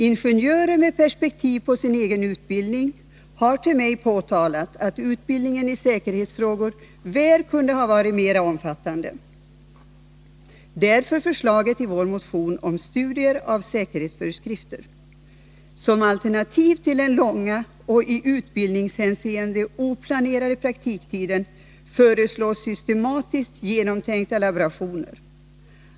Ingenjörer med perspektiv på sin egen utbildning har till mig sagt att utbildningen i säkerhetsfrågor väl kunde ha varit mera omfattande — därför förslaget i vår motion om studier av säkerhetsföreskrifter. Som alternativ till den långa och i utbildningshänseende oplanerade praktiktiden föreslås systematiskt genomtänkta laborationer.